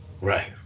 Right